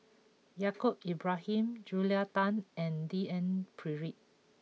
Yaacob Ibrahim Julia Tan and D N Pritt